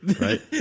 Right